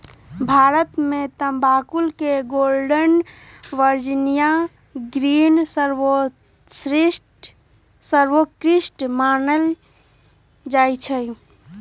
भारत में तमाकुल के गोल्डन वर्जिनियां ग्रीन सर्वोत्कृष्ट मानल जाइ छइ